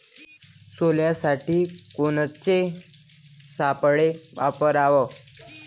सोल्यासाठी कोनचे सापळे वापराव?